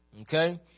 okay